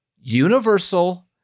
universal